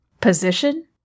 Position